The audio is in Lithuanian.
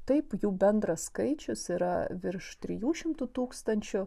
taip jų bendras skaičius yra virš trijų šimtų tūkstančių